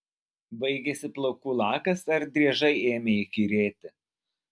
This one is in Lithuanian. baigėsi plaukų lakas ar driežai ėmė įkyrėti